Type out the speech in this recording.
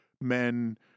men